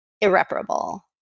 irreparable